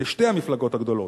לשתי המפלגות הגדולות,